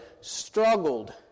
struggled